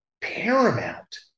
Paramount